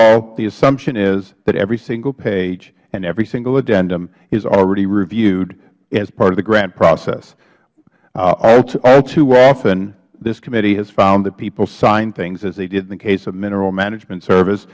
all the assumption is that every single page and every single addendum is already reviewed as part of the grant process all too often this committee has found that people sign things as they did in the case of mineral management service